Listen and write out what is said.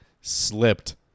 slipped